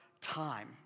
time